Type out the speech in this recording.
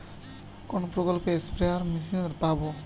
কোন প্রকল্পে spare machine পাব?